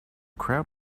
crowd